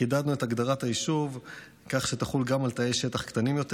חידדנו את הגדרת היישוב כך שתחול גם על תאי שטח קטנים יותר,